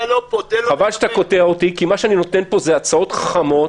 חבל שאתה קוטע אותי כי אני נותן פה הצעות חכמות,